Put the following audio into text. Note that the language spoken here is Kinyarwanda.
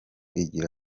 igira